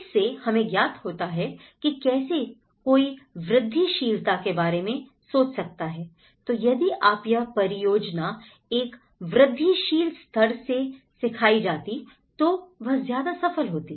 इससे हमें ज्ञात होता है कि कैसे कोई वृद्धिशीलता के बारे में सोच सकता हैI तो यदि यह परियोजना एक वृद्धिशील स्तर से सिखाई जाती तो वह ज्यादा सफल होती